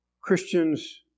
Christians